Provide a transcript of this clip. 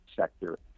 sector